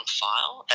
file